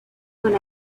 when